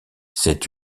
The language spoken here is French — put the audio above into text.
cette